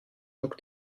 yok